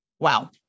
Wow